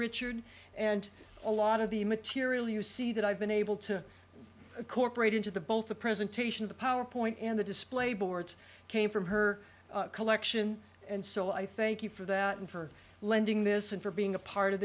richard and a lot of the material you see that i've been able to corporate into the both the presentation the powerpoint and the display boards came from her collection and so i thank you for that and for lending this and for being a part of